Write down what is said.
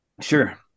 Sure